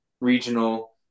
regional